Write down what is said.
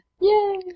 Yay